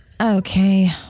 Okay